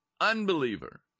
unbeliever